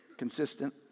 consistent